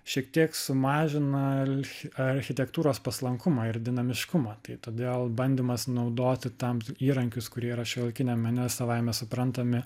šiek tiek sumažina alchi architektūros paslankumą ir dinamiškumą tai todėl bandymas naudoti tam t įrankius kurie šiuolaikiniam mene yra savaime suprantami